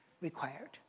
required